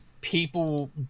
people